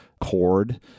chord